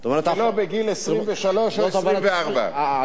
ולא בגיל 23 או 24. זאת אומרת,